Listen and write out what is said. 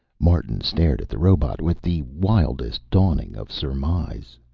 martin stared at the robot with the wildest dawning of surmise.